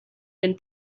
been